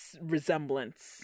resemblance